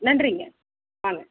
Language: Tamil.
நன்றிங்க வாங்க